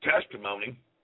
testimony